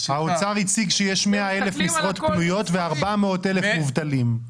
האוצר הציג שיש 100,000 משרות פנויות ו-400,000 מובטלים.